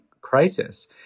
crisis